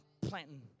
planting